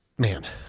man